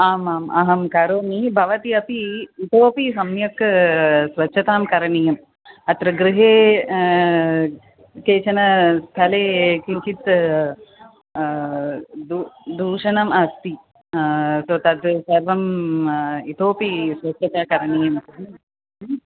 आम् आम् अहं करोमि भवती अपि इतोपि सम्यक् स्वच्छतां करणीयम् अत्र गृहे केचन स्थले किञ्चित् दूषनम् अस्ति तो तत् सर्वम् इतोपि स्वच्छता करणीयम्